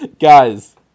Guys